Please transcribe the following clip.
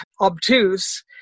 obtuse